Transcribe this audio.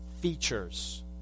features